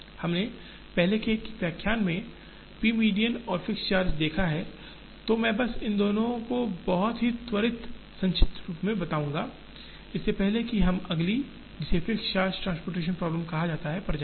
हमने पहले के एक व्याख्यान में पी मीडियन और फिक्स्ड चार्ज देखा है तो मैं बस इन दोनों को बहुत ही त्वरित संक्षिप्त रूप में बताऊंगा इससे पहले कि हम अगली जिसे फिक्स्ड चार्ज ट्रांसपोर्टेशन प्रॉब्लम कहा जाता है पर जाएँ